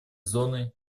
зоны